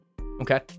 Okay